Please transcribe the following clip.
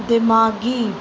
दिमाग़ी